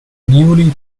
newly